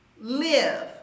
live